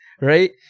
right